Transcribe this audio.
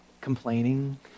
complaining